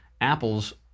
apples